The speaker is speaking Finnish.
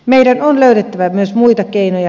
meidän on löydettävä myös muita keinoja